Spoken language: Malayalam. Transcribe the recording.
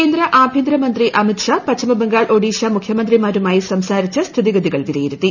കേന്ദ്ര ആഭ്യന്തര മന്ത്രി അമിത്ഷാ പശ്ചിമ ബംഗാൾ ഒഡീഷ മുഖ്യമന്ത്രിമാരുമായി സംസാരിച്ച് സ്ഥിതിഗതികൾ വിലയിരുത്തി